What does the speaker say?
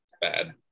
bad